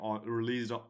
released